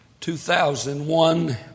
2001